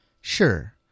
Sure